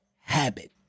habit